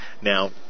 Now